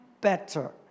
better